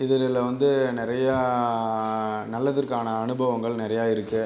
இதுல வந்து நிறையா நல்லதிற்கான அனுபவங்கள் நிறையா இருக்கு